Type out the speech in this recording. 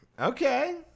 Okay